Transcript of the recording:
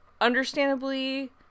understandably